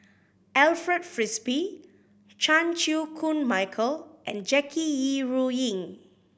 Alfred Frisby Chan Chew Koon Michael and Jackie Yi Ru Ying